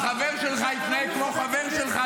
החבר שלך התנהג כמו חבר שלך,